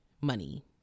money